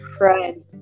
Right